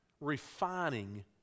refining